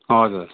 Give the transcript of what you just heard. हजुर